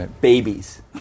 Babies